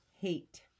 hate